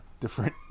different